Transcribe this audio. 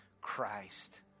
Christ